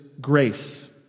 grace